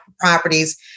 properties